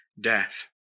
death